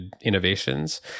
innovations